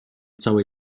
całej